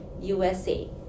USA